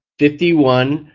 fifty one,